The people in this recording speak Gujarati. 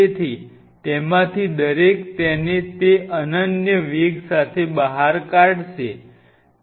તેથી તેમાંથી દરેક તેને તે અનન્ય વેગ સાથે બહાર કાશે છે